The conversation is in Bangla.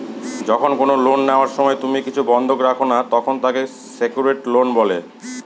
যখন কোনো লোন নেওয়ার সময় তুমি কিছু বন্ধক রাখো না, তখন তাকে সেক্যুরড লোন বলে